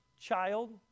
child